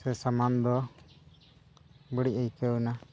ᱥᱮ ᱥᱟᱢᱟᱱ ᱫᱚ ᱵᱟᱹᱲᱤᱡ ᱟᱹᱭᱠᱟᱹᱣᱱᱟ